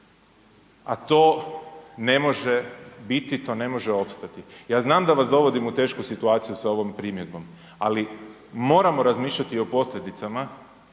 a to ne može biti, to ne može opstati. Ja znam da vas dovodim u tešku situaciju sa ovom primjedbom, ali moramo razmišljati i o posljedicama